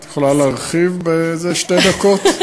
את יכולה להרחיב באיזה שתי דקות?